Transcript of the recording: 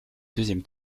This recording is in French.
deuxième